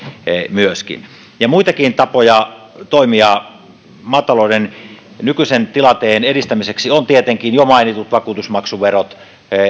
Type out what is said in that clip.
myöskin muitakin tapoja toimia maatalouden nykyisen tilanteen edistämiseksi on tietenkin jo mainitut vakuutusmaksuverot